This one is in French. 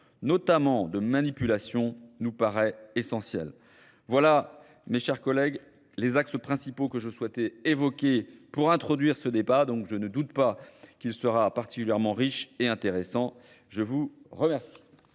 notamment de manipulation, nous paraît essentiel. Voilà, mes chers collègues, les axes principaux que je souhaitais évoquer pour introduire ce débat, donc je ne doute pas qu'il sera particulièrement riche et intéressant. Je vous remercie.